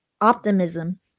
optimism